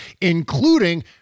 including